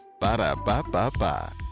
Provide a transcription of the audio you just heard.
Ba-da-ba-ba-ba